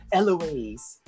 Eloise